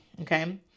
okay